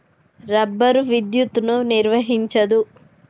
rubber విద్యుత్తును నిర్వహించదు